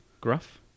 Gruff